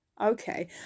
okay